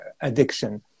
addiction